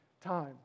time